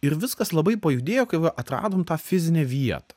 ir viskas labai pajudėjo kai va atradom tą fizinę vietą